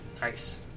Nice